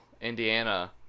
Indiana